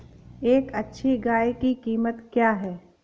एक अच्छी गाय की कीमत क्या है?